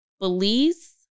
Belize